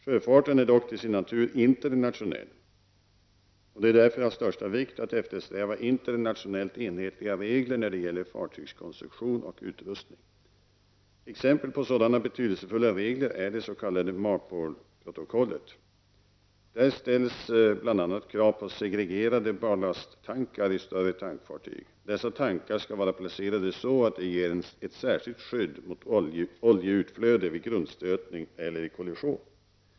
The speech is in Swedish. Sjöfarten är dock till sin natur internationell, och det är därför av största vikt att eftersträva internationellt enhetliga regler när det gäller fartygs konstruktion och utrustning. Exempel på sådana betydelsefulla regler är det s.k. MARPOL-protokollet. Där ställs bl.a. krav på segregerade ballasttankar i större tankfartyg. Dessa tankar skall vara placerade så, att de ger ett särskilt skydd mot oljeutflöde vid grundstötning eller kollision.